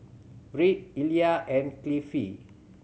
Wirt Illya and Cliffie